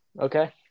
Okay